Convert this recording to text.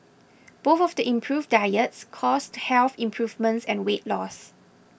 both of the improved diets caused health improvements and weight loss